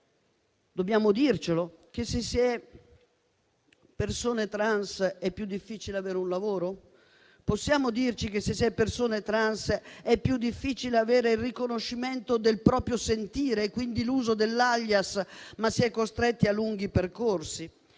Dobbiamo dirci che, se si è persone trans, è più difficile avere un lavoro? Possiamo dirci che, se si è persone trans, è più difficile avere il riconoscimento del proprio sentire e, quindi, l'uso dell'*alias*, ma si è costretti a lunghi percorsi?